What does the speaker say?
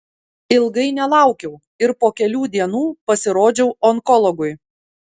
ilgai nelaukiau ir po kelių dienų pasirodžiau onkologui